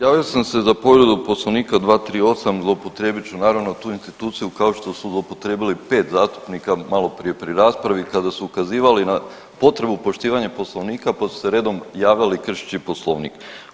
Javio sam se za povredu Poslovnika 238., zloupotrijebit ću naravno tu instituciju kao što su zloupotrijebili 5 zastupnika malo prije pri rasprava kada su ukazivali na potrebu poštivanja Poslovnika pa su se redom javljali kršeći Poslovnik.